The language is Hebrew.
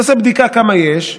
נעשה בדיקה כמה יש,